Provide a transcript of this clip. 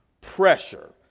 Pressure